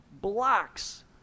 blocks